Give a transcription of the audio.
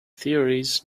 theories